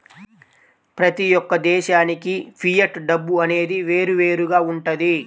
ప్రతి యొక్క దేశానికి ఫియట్ డబ్బు అనేది వేరువేరుగా వుంటది